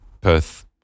Perth